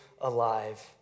alive